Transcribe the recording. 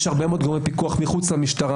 יש הרבה מאוד גורמי פיקוח מחוץ למשטרה,